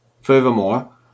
Furthermore